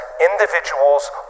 individuals